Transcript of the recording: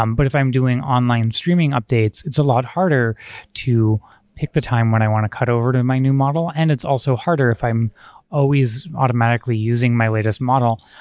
but if i'm doing online streaming updates, it's a lot harder to pick the time when i want to cut over to my new model and it's also harder if i'm always automatically using my latest model.